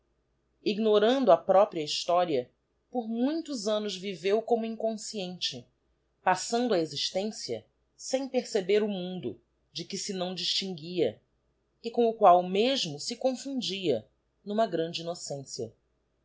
ignorando a própria historia por muitos annos viveu como inconsciente passando a existência sem perceber o mundo de que se não distinguia e com o qual mesmo se confundia n'uma grande innocencia